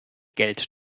geld